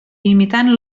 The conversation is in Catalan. imitant